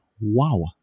Wow